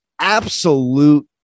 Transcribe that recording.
Absolute